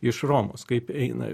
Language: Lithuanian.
iš romos kaip eina